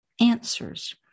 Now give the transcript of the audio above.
answers